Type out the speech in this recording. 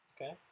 Okay